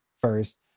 first